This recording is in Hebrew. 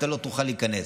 אתה לא תוכל להיכנס.